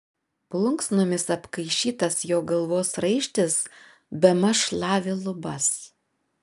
plunksnomis apkaišytas jo galvos raištis bemaž šlavė lubas